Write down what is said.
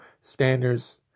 standards